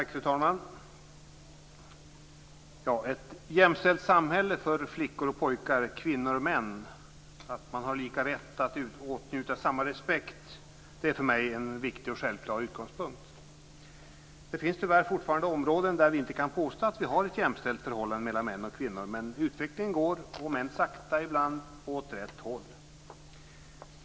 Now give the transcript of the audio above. Fru talman! Ett jämställt samhälle där flickor och pojkar samt kvinnor och män har rätt att åtnjuta samma respekt är för mig en viktig och självklar utgångspunkt. Det finns tyvärr fortfarande områden där vi inte kan påstå att vi har ett jämställt förhållande mellan män och kvinnor men utvecklingen går, om än sakta ibland, åt rätt håll.